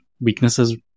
weaknesses